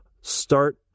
start